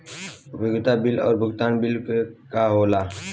उपयोगिता बिल और भुगतान बिल का होला?